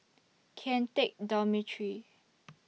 Kian Teck Dormitory